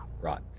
Right